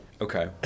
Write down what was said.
okay